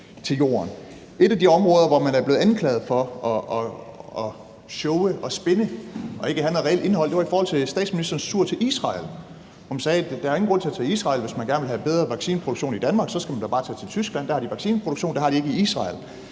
Et af de områder, hvor man er blevet anklaget for at showe og spinne og ikke have noget reelt indhold, var i forhold til statsministerens tur til Israel. Nogle folk sagde, at der ingen grund er til at tage til Israel, hvis man gerne vil have bedre vaccineproduktion i Danmark, for så skal man da bare tage til Tyskland. Der har de vaccineproduktion, og det har de ikke i Israel.